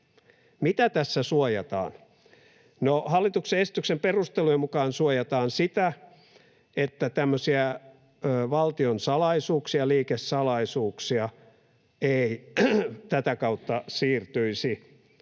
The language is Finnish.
Mitä tässä suojataan? No, hallituksen esityksen perustelujen mukaan suojataan sitä, että tämmöisiä valtion salaisuuksia, liikesalaisuuksia ei tätä kautta siirtyisi